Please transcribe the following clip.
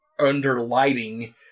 underlighting